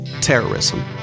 Terrorism